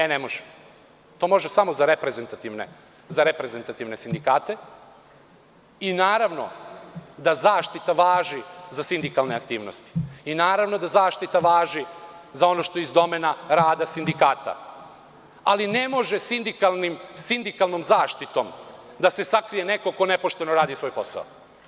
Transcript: E, ne može, to može samo za reprezentativne sindikate i naravno, da zaštita važi za sindikalne aktivnosti i naravno da zaštita važi za ono što je iz domena rada sindikata, ali ne može sindikalnom zaštitom da se sakrije neko ko nepošteno radi svoj posao.